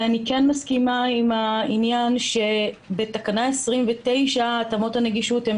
אני מסכימה שבתקנה 29 התאמות הנגישות הן